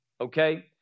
Okay